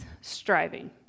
striving